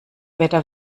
wetter